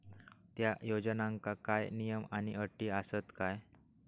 त्या योजनांका काय नियम आणि अटी आसत काय?